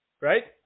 Right